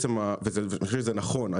ואני חושב שזה נכון,